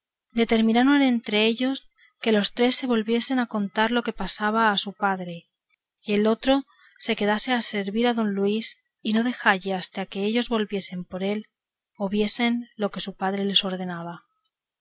determinaron entre ellos que los tres se volviesen a contar lo que pasaba a su padre y el otro se quedase a servir a don luis y a no dejalle hasta que ellos volviesen por él o viese lo que su padre les ordenaba